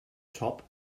top